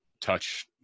touch